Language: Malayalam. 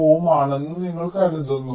05 ohm ആണെന്ന് നിങ്ങൾ കരുതുന്നു